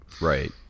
Right